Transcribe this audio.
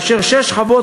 שש חוות